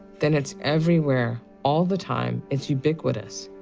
then it's everywhere, all the time. it's ubiquitous.